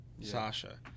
Sasha